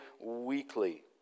weekly